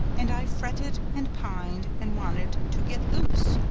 and i fretted and pined and wanted to get loose.